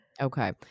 Okay